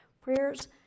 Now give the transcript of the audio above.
Prayers